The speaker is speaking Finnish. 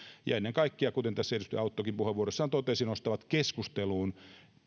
ja ennen kaikkea kuten tässä edustaja auttokin puheenvuorossaan totesi nostavat keskusteluun